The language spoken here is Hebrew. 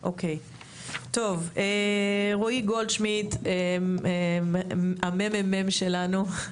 טוב, רועי גולדשמידט, הממ"מ שלנו.